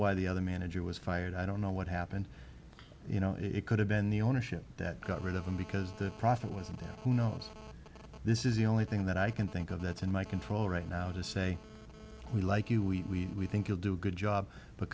why the other manager was fired i don't know what happened you know it could have been the ownership that got rid of him because the profit wasn't there who knows this is the only thing that i can think of that's in my control right now to say we like you we we think you'll do a good job but